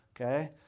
Okay